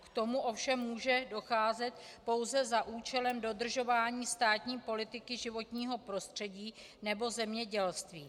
K tomu ovšem může docházet pouze za účelem dodržování státní politiky životního prostředí nebo zemědělství.